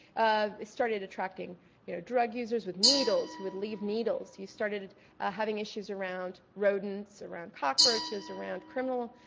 ah started attracting you know drug users with needles who would leave needles. you started having issues around rodents, around cockroaches, around criminal